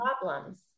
problems